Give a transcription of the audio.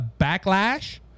backlash